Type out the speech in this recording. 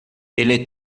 ele